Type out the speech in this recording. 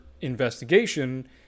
investigation